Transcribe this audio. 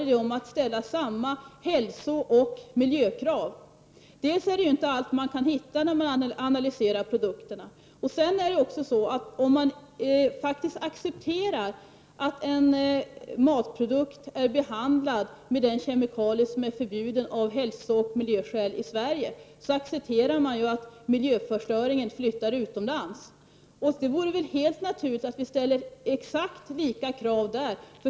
Det är fråga om att ställa samma hälsooch miljökrav. Man kan inte hitta allt när man analyserar produkterna. Om man accepterar att en livsmedelsprodukt är behandlad med en kemikalie som i Sverige är förbjuden av hälsooch miljöskäl accepterar man att miljöförstöringen flyttar utomlands. Det är väl helt naturligt att vi ställer exakt samma krav.